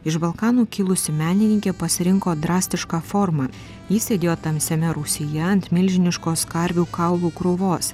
iš balkanų kilusi menininkė pasirinko drastišką formą ji sėdėjo tamsiame rūsyje ant milžiniškos karvių kaulų krūvos